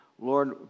Lord